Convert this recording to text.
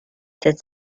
sept